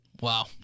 Wow